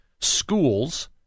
schools